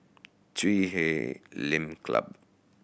Chui Huay Lim Club